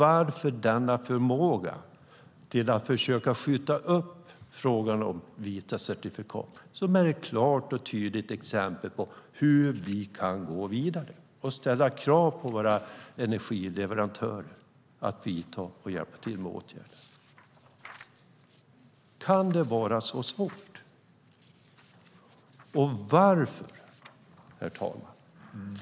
Varför försöker man skjuta upp frågan om vita certifikat som är ett klart och tydligt exempel på hur vi kan gå vidare och ställa krav på att våra energileverantörer ska vidta åtgärder och hjälpa till? Kan det vara så svårt? Herr talman!